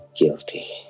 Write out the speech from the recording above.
guilty